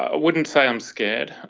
ah wouldn't say i'm scared.